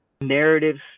narratives